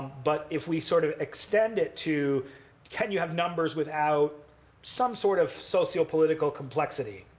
but if we sort of extend it to can you have numbers without some sort of sociopolitical complexity,